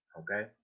okay